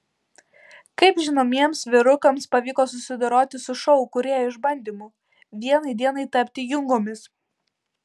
kaip žinomiems vyrukams pavyko susidoroti su šou kūrėjų išbandymu vienai dienai tapti jungomis